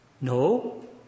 No